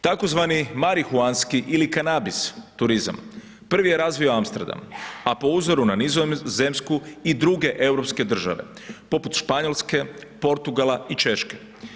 Tzv. marihuanski ili kanabis turizam prvi je razvio Amsterdam, a po uzoru na Nizozemsku i druge europske države, poput Španjolske, Portugala i Češke.